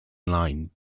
line